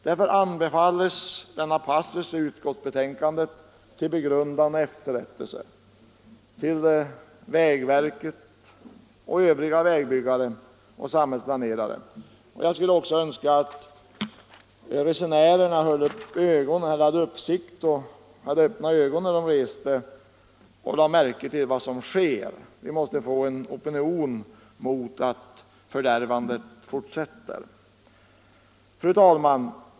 Därför anbefalles denna passus i utskottsbetänkandet till begrundan och efterrättelse för vägverket och för övriga vägbyggare och samhällsplanerare. Jag önskar också att resenärerna hade ögonen öppna och lade 111 märke till vad som sker. Vi måste få en opinion mot att fördärvandet fortsätter. Fru talman!